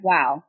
Wow